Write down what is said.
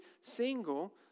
single